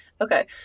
Okay